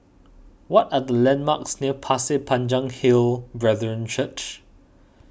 what are the landmarks near Pasir Panjang Hill Brethren Church